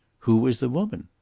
who was the woman?